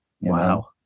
wow